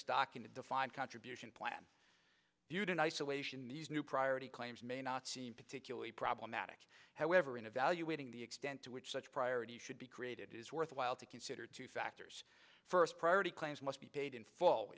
stock in a defined contribution plan and isolation new priority claims may not seem particularly problematic however in evaluating the extent to which such priority should be created is worthwhile to consider two factors first priority claims must be paid in full